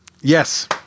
yes